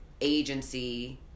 agency